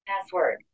Password